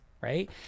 right